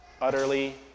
utterly